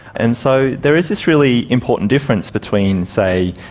and so there is this really important difference between, say,